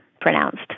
pronounced